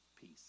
peace